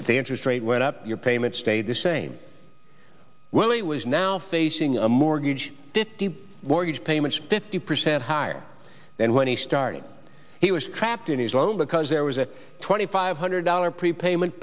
if the interest rate went up your payments stayed the same when it was now facing a mortgage fifty mortgage payments fifty percent higher than when he started he was trapped in his own because there was a twenty five hundred dollars prepayment